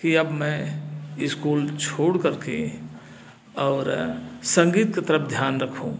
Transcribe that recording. की अब मैं इस्कूल छोड़ करके और संगीत के तरफ ध्यान रखूं